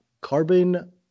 carbon